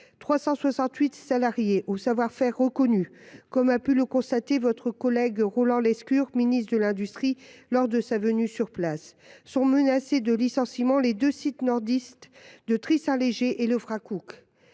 368 salariés au savoir faire reconnu – comme a pu le constater votre collègue Roland Lescure, ministre délégué chargé de l’industrie, lors de sa venue sur place – sont menacés de licenciement sur les deux sites nordistes de Trith Saint Léger et de